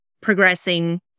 progressing